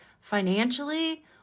financially